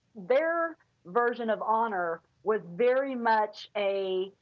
their version of honor was very much a,